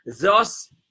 Thus